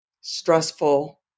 stressful